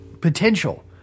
potential